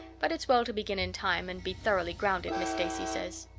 but it's well to begin in time and be thoroughly grounded, miss stacy says.